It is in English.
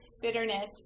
bitterness